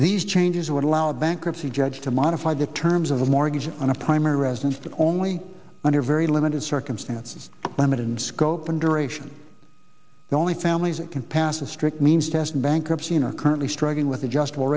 these changes would allow bankruptcy judge to modify the terms of the mortgage on a primary residence only under very limited circumstances limited in scope and duration only families can pass a strict means test bankruptcy and are currently struggling with adjustable